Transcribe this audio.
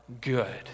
good